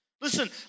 Listen